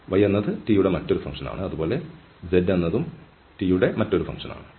y എന്നത് t യുടെ മറ്റൊരു ഫംഗ്ഷൻ ആണ് അതുപോലെ z എന്നത് t യുടെ മറ്റൊരു ഫംഗ്ഷനും ആണ്